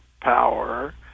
power